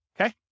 Okay